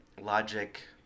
Logic